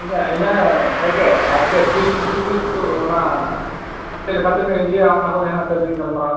ᱴᱷᱤᱠ ᱜᱮᱭᱟ ᱤᱱᱟᱹ ᱠᱚᱜᱮ ᱟᱨ ᱪᱮᱫ ᱛᱤᱥ ᱛᱤᱥ ᱠᱚ ᱚᱱᱟ ᱪᱮᱫ ᱞᱮᱠᱟ ᱛᱮᱵᱮᱱ ᱤᱫᱤᱭᱟ ᱚᱱᱟ ᱠᱚᱜᱮ ᱦᱮᱱᱟᱜ ᱛᱟᱵᱮᱱᱟ ᱜᱟᱞᱢᱟᱨᱟᱣ ᱠᱚᱢᱟ